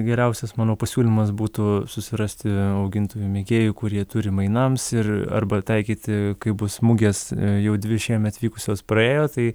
geriausias mano pasiūlymas būtų susirasti augintojų mėgėjų kurie turi mainams ir arba taikyti kaip bus mugės jau dvi šiemet vykusios praėjo tai